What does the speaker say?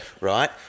Right